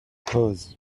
pause